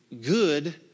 good